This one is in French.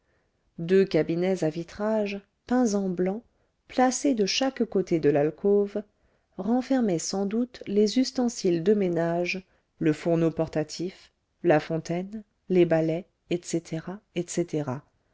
deux cabinets à vitrage peints en blanc placés de chaque côté de l'alcôve renfermaient sans doute les ustensiles de ménage le fourneau portatif la fontaine les balais etc etc